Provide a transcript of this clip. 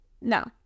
No